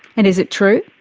and is it true?